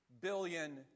billion